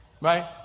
Right